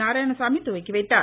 நாராயணசாமி துவக்கி வைத்தார்